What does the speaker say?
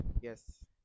yes